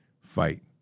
fight